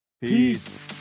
Peace